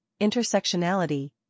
intersectionality